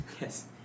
Yes